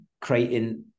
creating